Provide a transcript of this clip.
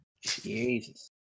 Jesus